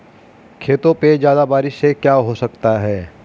खेतों पे ज्यादा बारिश से क्या हो सकता है?